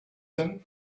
him